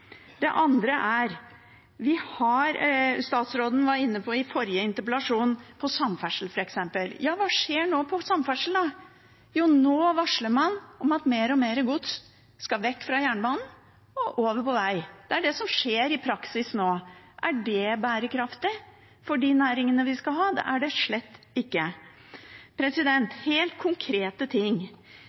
Det andre er: Statsråden var i forrige interpellasjon inne på samferdsel, f.eks. Hva skjer innen samferdsel nå? Jo, nå varsler man om at mer og mer gods skal vekk fra jernbanen og over på vei – det er det som nå skjer i praksis. Er det bærekraftig for de næringene vi skal ha? Det er det slett ikke. Helt konkrete ting: